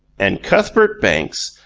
and cuthbert banks,